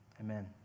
Amen